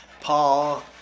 Paul